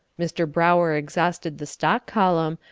mr. brower exhausted the stock column,